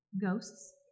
ghosts